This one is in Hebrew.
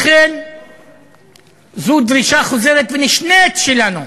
לכן זו דרישה חוזרת ונשנית שלנו,